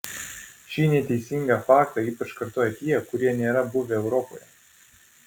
šį neteisingą faktą ypač kartoja tie kurie nėra buvę europoje